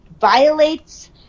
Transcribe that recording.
violates